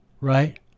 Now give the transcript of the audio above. right